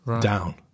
down